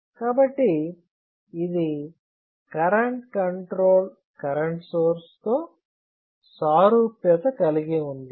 కాబట్టి ఇది current control current source తో సారూప్యత కలిగి ఉంది